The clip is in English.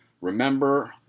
remember